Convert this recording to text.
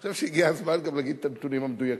אני חושב שהגיע הזמן גם להגיד את הנתונים המדויקים,